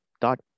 dot